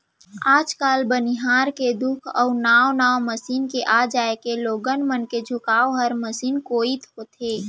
आज काल बनिहार के दुख अउ नावा नावा मसीन के आ जाए के लोगन मन के झुकाव हर मसीने कोइत होथे